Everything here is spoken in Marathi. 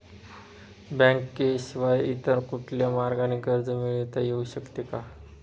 बँकेशिवाय इतर कुठल्या मार्गाने कर्ज मिळविता येऊ शकते का?